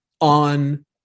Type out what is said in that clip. on